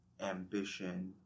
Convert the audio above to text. ambition